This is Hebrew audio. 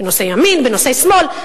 בנושאי ימין, בנושאי שמאל.